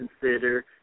consider